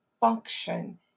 function